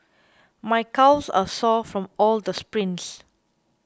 my calves are sore from all the sprints